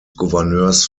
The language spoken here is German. gouverneurs